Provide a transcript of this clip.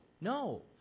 no